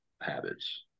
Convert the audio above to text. habits